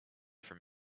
from